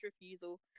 refusal